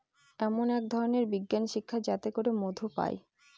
এমন এক ধরনের বিজ্ঞান শিক্ষা যাতে করে মধু পায়